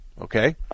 okay